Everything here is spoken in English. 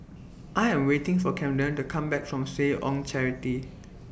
I Am waiting For Camden to Come Back from Seh Ong Charity